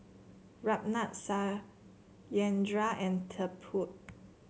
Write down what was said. Ramnath Satyendra and Tipu